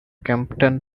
kempton